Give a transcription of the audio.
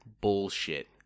bullshit